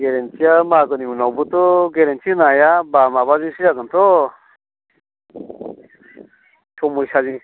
गेरेन्थिया मागोनि उनावबोथ' गेरेन्थि होनो हाया बा माबाजोंसो जागोनथ' समयसाजों